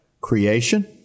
creation